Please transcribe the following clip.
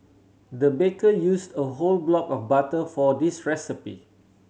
the baker used a whole block of butter for this recipe